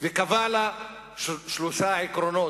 וקבע לה שלושה עקרונות.